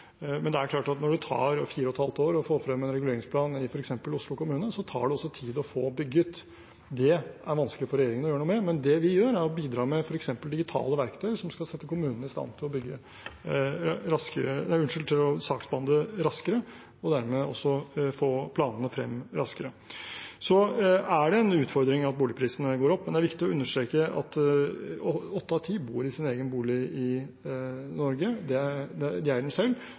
Men det er klart at når det tar fire og et halvt år å få frem en reguleringsplan i f.eks. Oslo kommune, tar det også tid å få bygget. Det er det vanskelig for regjeringen å gjøre noe med, men det vi gjør, er å bidra med f.eks. digitale verktøy som skal sette kommunene i stand til å saksbehandle raskere og dermed også få planene frem raskere. Det er en utfordring at boligprisene går opp, men det er viktig å understreke at åtte av ti bor i sin egen bolig i Norge. De eier den selv. Det er bra, men vi må selvsagt bidra til at det